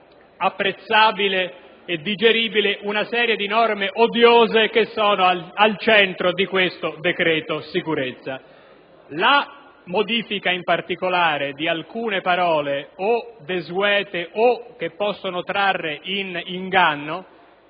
apprezzabile e digeribile, una serie di norme odiose che sono al centro del cosiddetto decreto sicurezza. La sostituzione, in particolare, di alcune parole desuete o che possono trarre in inganno